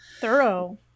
thorough